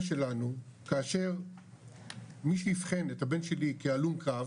שלנו כאשר מי שאיבחן את הבן שלי כהלום קרב